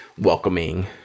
welcoming